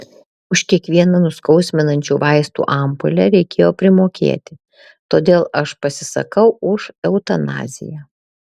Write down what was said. už kiekvieną nuskausminančių vaistų ampulę reikėjo primokėti todėl aš pasisakau už eutanaziją